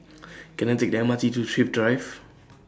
Can I Take The M R T to Thrift Drive